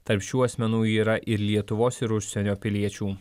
tarp šių asmenų yra ir lietuvos ir užsienio piliečių